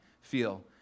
feel